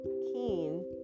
keen